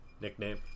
nickname